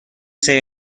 سری